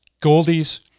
Goldies